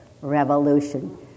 Revolution